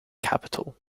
capitol